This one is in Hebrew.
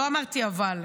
לא אמרתי "אבל",